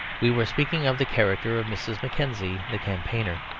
we were speaking of the character of mrs. mackenzie, the campaigner,